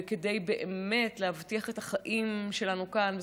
כדי באמת להבטיח את החיים שלנו כאן.